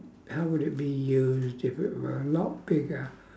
how would it be used if it were a lot bigger